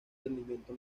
rendimiento